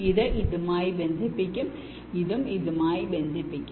ഇത് ഇതുമായി ബന്ധിപ്പിക്കും ഇതും ഇതുമായി ബന്ധിപ്പിക്കും